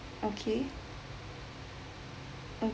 okay um